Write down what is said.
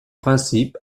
principe